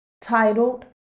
titled